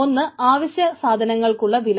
ഒന്ന് അവശ്യസാധനങ്ങൾക്കുള്ള വില